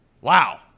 wow